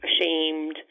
ashamed